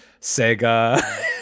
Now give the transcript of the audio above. Sega